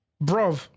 Bro